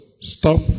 Stop